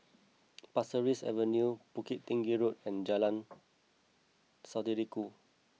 Pasir Ris Avenue Bukit Tinggi Road and Jalan Saudara Ku